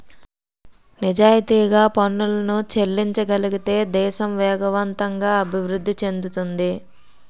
నిజాయితీగా పనులను చెల్లించగలిగితే దేశం వేగవంతంగా అభివృద్ధి చెందుతుంది